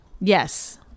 Yes